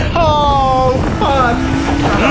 ohhhhh, fuck!